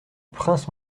prince